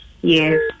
Yes